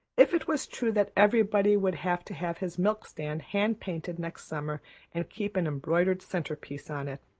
if it was true that everybody would have to have his milk-stand hand-painted next summer and keep an embroidered centerpiece on it.